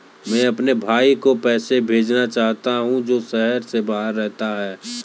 मैं अपने भाई को पैसे भेजना चाहता हूँ जो शहर से बाहर रहता है